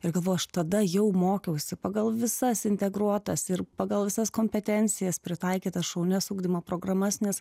ir galvoju aš tada jau mokiausi pagal visas integruotas ir pagal visas kompetencijas pritaikytas šaunias ugdymo programas nes